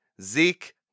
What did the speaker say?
Zeke